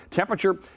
Temperature